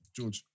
George